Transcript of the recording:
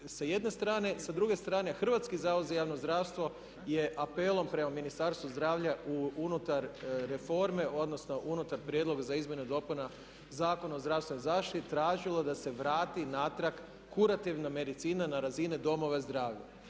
sa jedne strane. Sa druge strane Hrvatski zavod za javno zdravstvo je apelom prema Ministarstvu zdravlja unutar reforme, odnosno unutar prijedloga za izmjenu i dopunu Zakona o zdravstvenoj zaštiti tražilo da se vrati natrag kurativna medicina na razine domova zdravlja.